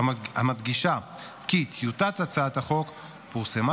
המדגישה כי טיוטת הצעת החוק פורסמה